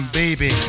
baby